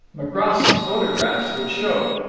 macross's photographs would show.